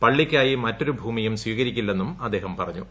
പള്ളിക്കായി മറ്റൊരു ഭൂമിയും സ്വീകരിക്കില്ലെന്നും അദ്ദേഹം പറഞ്ഞു